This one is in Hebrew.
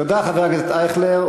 תודה, חבר הכנסת אייכלר.